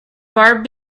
barb